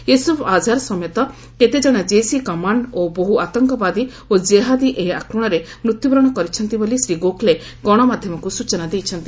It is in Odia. ୟୁସୁଫ୍ ଆଝାର ସମେତ କେତେଜଣ କେସ୍ କମାଣ୍ଡର ଓ ବହୁ ଆତଙ୍କବାଦୀ ଓ ଜେହାଦୀ ଏହି ଆକ୍ରମଣରେ ମୃତ୍ୟୁବରଣ କରିଛନ୍ତି ବୋଲି ଶ୍ରୀ ଗୋଖଲେ ଗଣମାଧ୍ଧମକୁ ସୂଚନା ଦେଇଛନ୍ତି